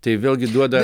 tai vėlgi duoda